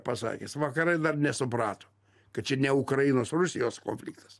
pasakęs vakarai dar nesuprato kad čia ne ukrainos rusijos konfliktas